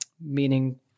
meaning